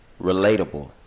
relatable